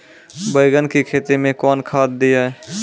बैंगन की खेती मैं कौन खाद दिए?